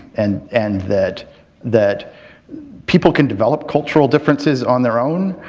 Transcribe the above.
and and that that people can develop cultural differences on their own,